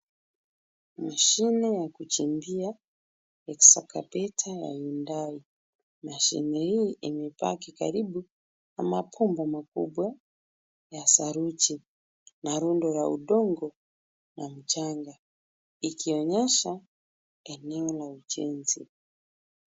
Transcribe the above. Mashine ya kuchimbia excavator ya hyundai. Mashine hii imepaki karibu na mabomba makubwa ya saruji na rundo ya udongo ya mchanga ikionyesha eneo la ujenzi.